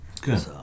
Good